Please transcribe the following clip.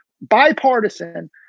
bipartisan